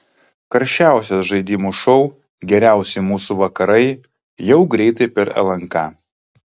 karščiausias žaidimų šou geriausi mūsų vakarai jau greitai per lnk